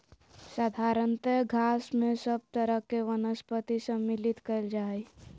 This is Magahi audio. साधारणतय घास में सब तरह के वनस्पति सम्मिलित कइल जा हइ